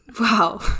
Wow